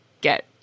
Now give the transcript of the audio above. get